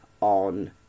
on